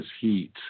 heat